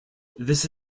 this